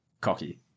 cocky